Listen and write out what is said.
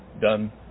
done